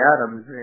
Adams